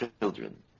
children